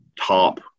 top